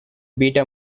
beta